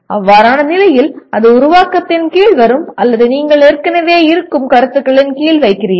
அவ்வாறான நிலையில் அது உருவாக்கத்தின் கீழ் வரும் அல்லது நீங்கள் ஏற்கனவே இருக்கும் கருத்துகளின் கீழ் வைக்கிறீர்கள்